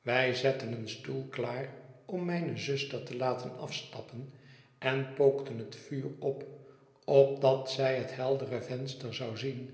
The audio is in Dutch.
wij zetten een stoel klaar om mijne zuster te laten afstappen en pookten het vuur op opdat zij het heldere venster zou zien